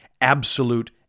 absolute